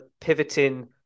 pivoting